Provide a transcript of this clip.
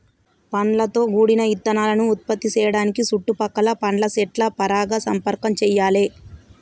పండ్లతో గూడిన ఇత్తనాలను ఉత్పత్తి సేయడానికి సుట్టు పక్కల పండ్ల సెట్ల పరాగ సంపర్కం చెయ్యాలే